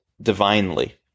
divinely